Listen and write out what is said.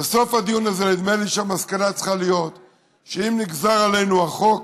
בסוף הדיון הזה נדמה לי שהמסקנה צריכה להיות שאם נגזר עלינו החוק,